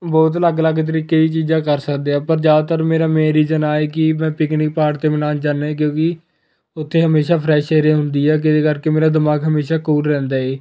ਬਹੁਤ ਅਲੱਗ ਅਲੱਗ ਤਰੀਕੇ ਦੀ ਚੀਜ਼ਾਂ ਕਰ ਸਕਦੇ ਆ ਪਰ ਜ਼ਿਆਦਾਤਰ ਮੇਰਾ ਮੇਨ ਰੀਜ਼ਨ ਆਹ ਏ ਕਿ ਮੈਂ ਪਿਕਨਿਕ ਪਹਾੜ 'ਤੇ ਮਨਾਉਣ ਜਾਂਦਾ ਕਿਉਂਕਿ ਉੱਥੇ ਹਮੇਸ਼ਾਂ ਫਰੈਸ਼ ਏਅਰ ਹੁੰਦੀ ਹੈ ਕਿਹਦੇ ਕਰਕੇ ਮੇਰਾ ਦਿਮਾਗ ਹਮੇਸ਼ਾ ਕੂਲ ਰਹਿੰਦਾ ਏ